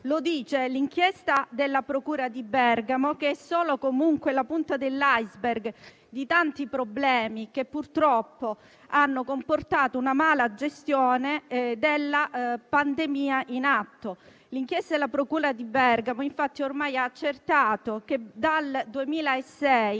Lo dice l'inchiesta della procura di Bergamo, che è comunque solo la punta dell'*iceberg* dei tanti problemi, che purtroppo hanno comportato una mala gestione della pandemia in atto. Tale inchiesta ha infatti ormai accertato che, dal 2006,